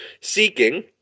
seeking